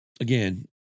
again